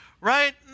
right